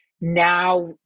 Now